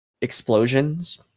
explosions